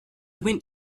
went